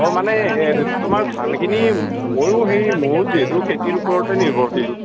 অ মানে এ তোমাৰ ধানখিনি ময়ো সেই ময়ো যিহেতু খেতিৰ ওপৰতে নিৰ্ভৰশীল